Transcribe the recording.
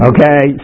Okay